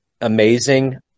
amazing